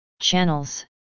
Channels